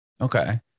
Okay